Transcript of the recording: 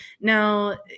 Now